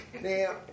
Now